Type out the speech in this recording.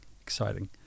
exciting